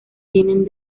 vienen